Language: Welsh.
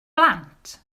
blant